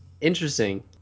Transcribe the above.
Interesting